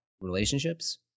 relationships